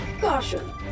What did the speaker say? Caution